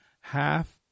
half